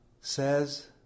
says